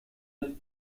the